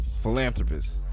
philanthropist